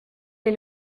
les